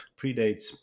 predates